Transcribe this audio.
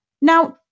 Now